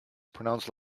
pronounced